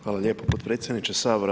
Hvala lijepo potpredsjedniče Sabora.